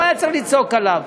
לא היה צריך לצעוק עליו.